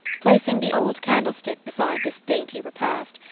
placing the old candlestick beside this dainty repast,